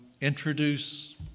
introduce